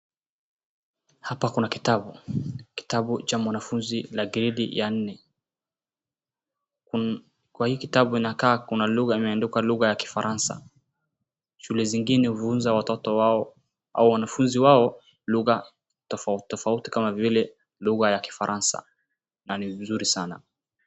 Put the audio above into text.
Hapa kuna kitabu. Kitabu cha mwanafunzi la giredi ya nne. Kwa hii kitabu inakaa kuna lugha imeandikwa lugha ya kifaransa. Shule zingine hufunza watoto wao au wanafunzi wao lugha tofauti tofauti kama vile lugha ya kifaransa na ni vizuri sana.